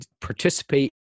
participate